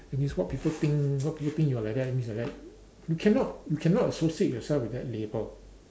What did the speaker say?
that means what people think what people think you are like that means you are like that you cannot you cannot associate yourself with that label